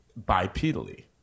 bipedally